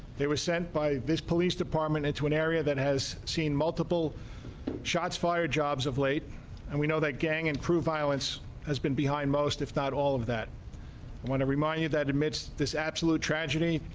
they were sent by this police department into an area that has seen multiple shots fired jobs of late and we know that gang improve islands has been behind most, if not all of that when i remind you that emits this absolute tragedy,